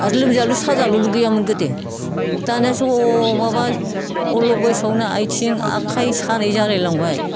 आरो लोमजालु साजालुबो गैयामोन गोदो दानियासो ह' माबा अलप बैसोआवनो आथिं आखाइ सानाय जालायलांबाय